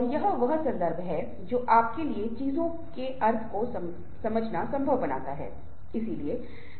और यह एक ऐसा क्षेत्र है जिस पर हम बहुत बाद में बहुत विस्तृत तरीके से